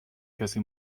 کسی